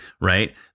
right